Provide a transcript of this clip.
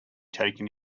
taken